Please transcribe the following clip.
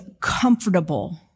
comfortable